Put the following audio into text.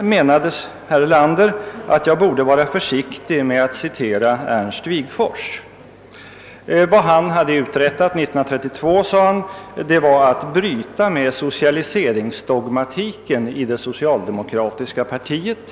menade att jag borde vara försiktigare när jag citerade Ernst Wigforss. Vad Wigforss uträttade 1932, sade statsministern, var att bryta med socialiseringsdogmatiken i det socialdemokratiska partiet.